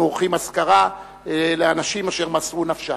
עורכים אזכרה לאנשים אשר מסרו נפשם.